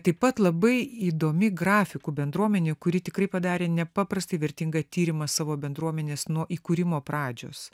taip pat labai įdomi grafikų bendruomenė kuri tikrai padarė nepaprastai vertingą tyrimą savo bendruomenės nuo įkūrimo pradžios